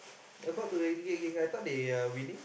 about to relegate already I thought they are winning